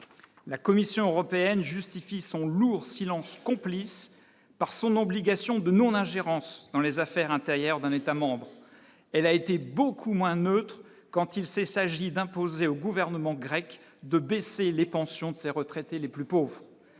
la Commission européenne justifie son lourd silence complice par son obligation de non-ingérence dans les affaires intérieures d'un État membre, elle a été beaucoup moins neutre quand il s'il s'agit d'imposer au gouvernement grec de baisser les pensions de ces retraités les plus pauvres,